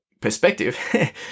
perspective